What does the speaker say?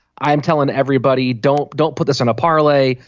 i am telling everybody. don't. don't put this on a parlay.